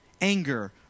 Anger